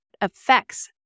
affects